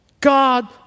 God